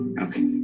Okay